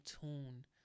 tune